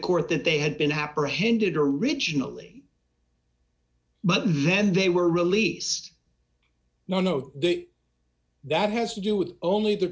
court that they had been apprehended originally but then they were released none of that has to do with only the